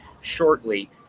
shortly